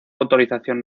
autorización